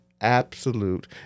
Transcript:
absolute